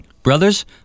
Brothers